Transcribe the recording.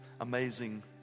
amazing